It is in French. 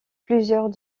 plusieurs